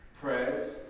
prayers